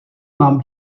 mám